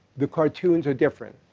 the cartoons are different.